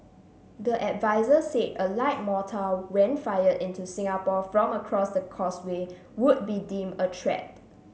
the adviser said a light mortar when fired into Singapore from across the Causeway would be deem a threat